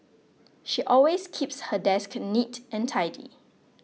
she always keeps her desk neat and tidy